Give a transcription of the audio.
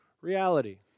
reality